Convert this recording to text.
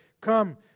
come